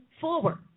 forward